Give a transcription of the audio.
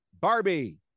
Barbie